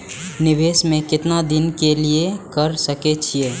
निवेश में केतना दिन के लिए कर सके छीय?